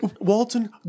Walton